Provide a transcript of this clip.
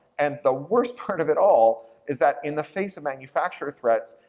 and the worst part of it all is that in the face of manufacturer threats,